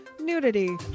nudity